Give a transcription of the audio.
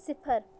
صِفر